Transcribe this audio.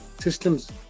Systems